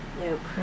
Nope